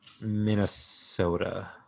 minnesota